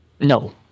No